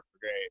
great